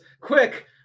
quick